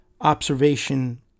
observation